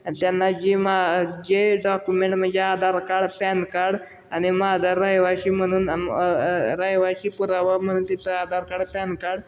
आणि त्यांना जी मा जे डॉक्युमेंट म्हणजे आधार कार्ड पॅन कार्ड आणि माझा रहिवाशी म्हणून रहिवाशी पुरावा म्हणून तिथं आधार पॅन कार्ड